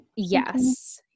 Yes